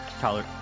Tyler